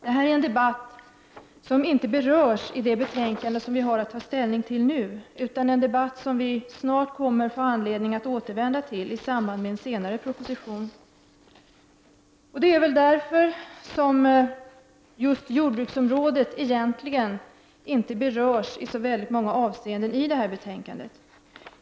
Det här är en debatt som inte berörs i det betänkande som vi har att ta ställning till nu, men som vi snart får anledning att återkomma till i samband med en senare proposition. Det är väl därför som just jordbruksområdet inte berörs i så många avseenden i detta betänkande.